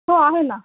हो आहे ना